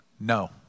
No